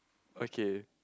okay